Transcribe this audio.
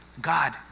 God